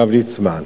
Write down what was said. הרב ליצמן.